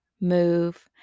move